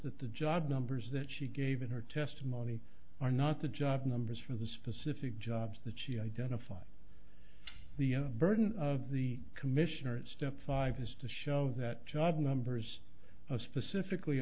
that the job numbers that she gave in her testimony are not the jobs numbers for the specific jobs that she identified the burden of the commission or step five has to show that job numbers of specifically